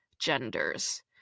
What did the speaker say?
genders